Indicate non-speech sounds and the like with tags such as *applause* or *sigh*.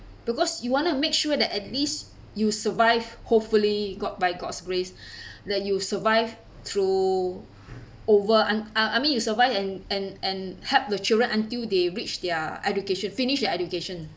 because you want to make sure that at least you survive hopefully god by god's grace *breath* that you survive through over I'm uh I mean you survive and and help the children until they reached their education finished their education